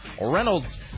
Reynolds